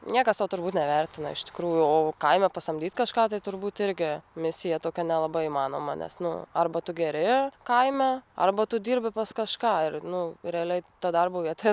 niekas to turbūt nevertina iš tikrųjų o kaime pasamdyt kažką tai turbūt irgi misija tokia nelabai įmanoma nes nu arba tu geri kaime arba tu dirbi pas kažką nu realiai ta darbo vieta